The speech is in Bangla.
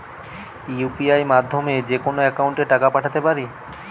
ইউ.পি.আই মাধ্যমে যেকোনো একাউন্টে টাকা পাঠাতে পারি?